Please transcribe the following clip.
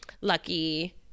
lucky